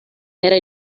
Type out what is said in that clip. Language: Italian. era